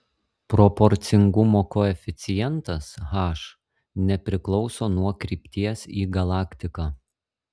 proporcingumo koeficientas h nepriklauso nuo krypties į galaktiką